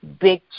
big